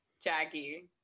jackie